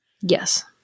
Yes